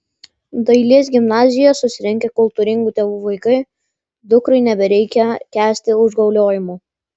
dailės gimnazijoje susirinkę kultūringų tėvų vaikai dukrai nebereikia kęsti užgauliojimų